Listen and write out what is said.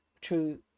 true